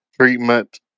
treatment